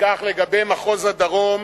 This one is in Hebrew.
וכך לגבי מחוז הדרום,